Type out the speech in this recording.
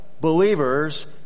believers